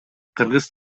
кыргыз